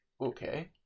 Okay